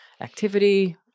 activity